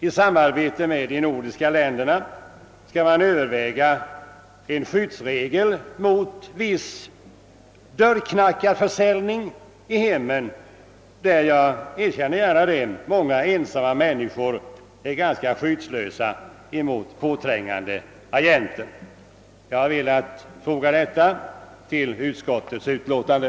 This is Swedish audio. I samarbete med de övriga nordiska länderna skall man överväga en skyddsregel mot viss dörrknackarförsäljning i hemmen. Jag erkänner gärna att många ensamma män Niskor är ganska skyddslösa mot påträngande agenter. Genom den tillsatta utredningen vill man alltså söka komma till rätta med detta problem. Jag har velat foga dessa synpunkter till utskottets utlåtande.